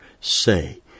say